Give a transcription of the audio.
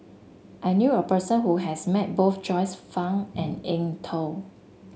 I knew a person who has met both Joyce Fan and Eng Tow